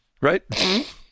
right